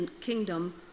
kingdom